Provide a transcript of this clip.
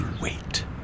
wait